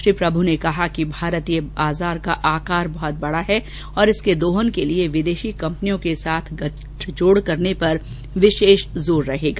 श्री प्रभु ने कहा कि भारतीय बाजार का आकार बहुत बड़ा है और इसके दोहन के लिए विदेशी कंपनियों के साथ गठजोड़ करने पर विशेष जोर रहेगा